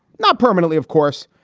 not permanently, of course.